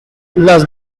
las